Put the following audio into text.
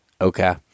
Okay